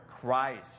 Christ